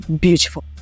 beautiful